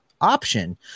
option